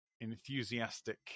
enthusiastic